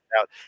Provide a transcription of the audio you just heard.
out